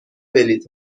بلیط